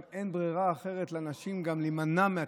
גם אין ברירה אחרת לאנשים להימנע מהתשלום,